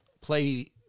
play